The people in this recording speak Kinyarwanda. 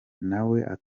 nawe